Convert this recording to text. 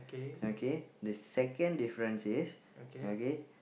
okay the second difference is okay